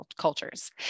cultures